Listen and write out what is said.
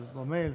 במייל.